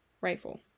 rifle